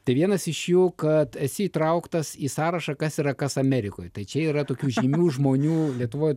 tai vienas iš jų kad esi įtrauktas į sąrašą kas yra kas amerikoj tačiau yra tokių žymių žmonių lietuvoj